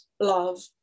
love